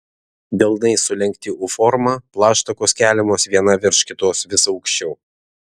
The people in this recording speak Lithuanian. delnai sulenkti u forma plaštakos keliamos viena virš kitos vis aukščiau